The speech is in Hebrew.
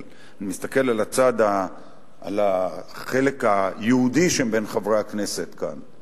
אבל אני מסתכל על החלק היהודי שבין חברי הכנסת כאן.